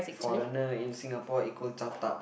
foreigner in Singapore equal chao ta